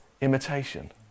imitation